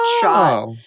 shot